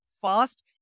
fast